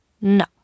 No